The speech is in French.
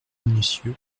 minutieux